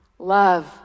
love